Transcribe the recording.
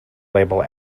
label